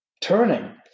turning